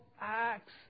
Acts